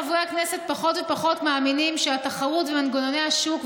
חברי הכנסת פחות ופחות מאמינים שהתחרות ומנגנוני השוק,